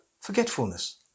forgetfulness